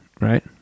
right